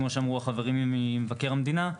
כמו שאמרו החברים ממבקר המדינה,